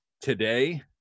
Today